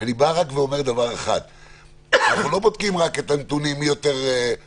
אני אומר שאנחנו לא בודקים את הנתונים רק מי יותר גבוה.